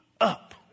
up